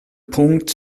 punkt